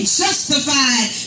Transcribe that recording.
justified